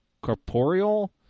corporeal